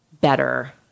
better